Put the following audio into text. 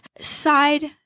Side